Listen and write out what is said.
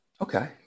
Okay